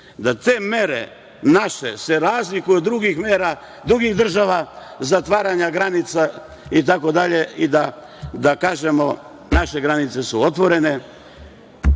Da te mere naše se razlikuju od drugih mera, drugih država, zatvaranja granica, itd. I da kažemo - naše granice su otvorene,